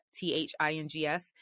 T-H-I-N-G-S